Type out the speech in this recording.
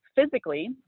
physically